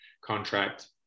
contract